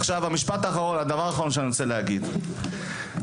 עכשיו הדבר האחרון שאני רוצה להגיד ואני